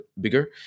bigger